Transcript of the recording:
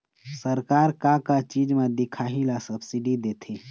सरकार का का चीज म दिखाही ला सब्सिडी देथे?